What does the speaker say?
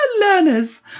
Learners